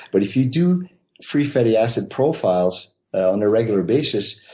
but if you do free fatty acid profiles on a regular basis,